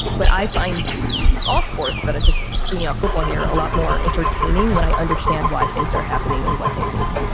but i find all sports. but i just feel football here a lot more entertaining when i understand why things are happening and what they mean.